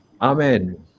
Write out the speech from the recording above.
Amen